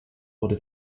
wurde